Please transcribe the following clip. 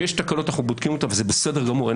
כשיש תקלות אנחנו בודקים אותן וזה בסדר גמור,